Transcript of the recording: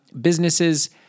Businesses